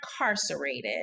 incarcerated